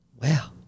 Wow